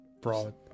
broad